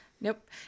Nope